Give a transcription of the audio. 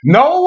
no